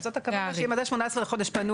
זאת הכוונה, אם עד 18 החודשים פנו